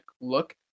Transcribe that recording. look